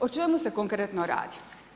O čemu se konkretno radi?